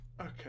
Okay